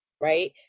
right